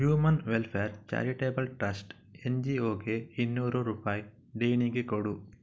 human welfare charitable trust N G ಒಗೆ ಇನ್ನೂರು ರೂಪಾಯಿ ದೇಣಿಗೆ ಕೊಡು